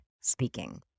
speaking